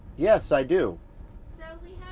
yes i do. so